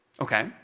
Okay